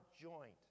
joint